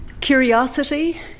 curiosity